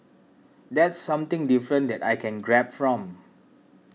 that's something different that I can grab from